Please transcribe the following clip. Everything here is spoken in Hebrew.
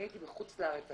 אני הייתי בחוץ לארץ,